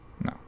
no